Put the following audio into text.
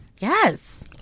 Yes